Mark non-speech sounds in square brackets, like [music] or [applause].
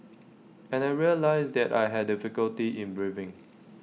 and I realised that I had difficulty in breathing [noise]